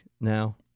now